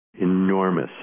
enormous